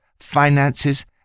finances